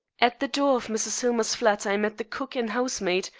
at the door of mrs. hillmer's flat i met the cook and housemaid,